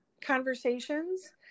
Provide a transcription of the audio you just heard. conversations